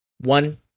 one